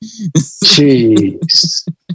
Jeez